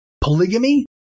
Polygamy